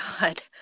god